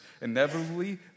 inevitably